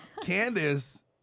Candace